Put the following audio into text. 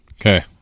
okay